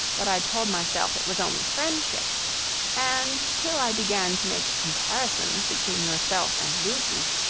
but i told myself it was only friendship and till i began to make comparisons between yourself and lucy,